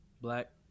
Black